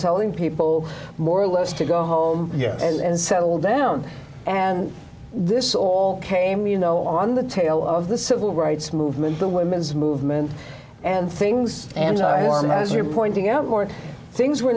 telling people more or less to go home and settle down and this all came you know on the tail of the civil rights movement the women's movement and things and i am as you're pointing out more things were